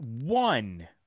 one